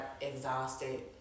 exhausted